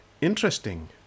Interesting